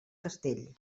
castell